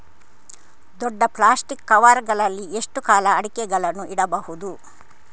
ದೊಡ್ಡ plastic cover ಗಳಲ್ಲಿ ಎಷ್ಟು ಕಾಲ ಅಡಿಕೆಗಳನ್ನು ಇಡಬಹುದು?